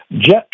Jet